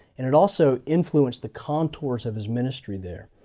and it also influenced the contours of his ministry there.